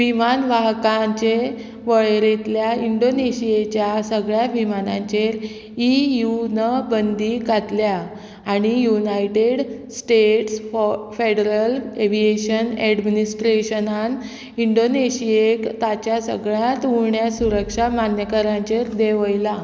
विमान वाहकांचे वळेरेंतल्या इंडोनेशियेच्या सगळ्या विमानांचेर ईयून बंदी घातल्या आनी युनायटेड स्टेट्स फॉ फेडरल एविएशन एडमिनिस्ट्रेशनान इंडोनेशियेक ताच्या सगळ्यांत उण्या सुरक्षा मान्यकरांचेर देंवयलां